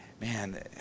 man